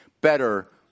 better